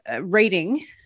reading